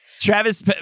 Travis